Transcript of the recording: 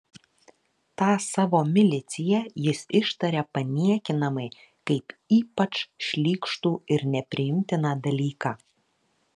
tą savo miliciją jis ištaria paniekinamai kaip ypač šlykštų ir nepriimtiną dalyką